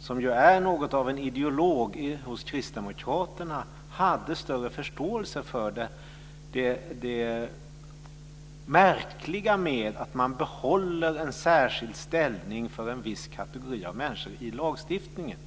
som är något av en ideolog hos Kristdemokraterna, hade större förståelse för det märkliga med att man behåller en särskild ställning för en viss kategori av människor i lagstiftningen.